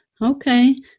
Okay